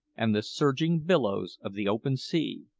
and the surging billows of the open sea.